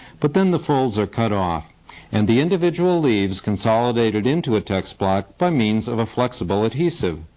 but then the folds are cut off and the individual leaves consolidated into a text block by means of a flexible adhesive.